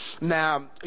Now